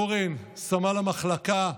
אורן, סמל המחלקה,